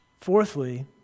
Fourthly